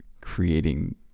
creating